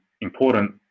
important